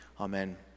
Amen